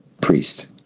priest